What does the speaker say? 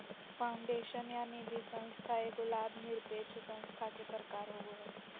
foundation या निधिसंस्था एगो लाभ निरपेक्ष संस्था के प्रकार होवो हय